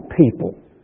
people